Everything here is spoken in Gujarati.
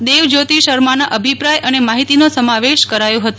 દેવજ્યોતિ શર્માના અભિપ્રાથ અને માહિતીનો સમાવેશ કરાયો હતો